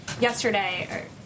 yesterday